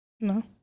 No